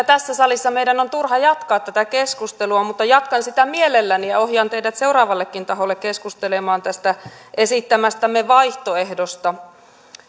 tässä salissa meidän on turha jatkaa tätä keskustelua mutta jatkan sitä mielelläni ja ohjaan teidät seuraavallekin taholle keskustelemaan tästä esittämästämme vaihtoehdosta